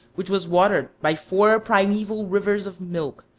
which was watered by four primeval rivers of milk,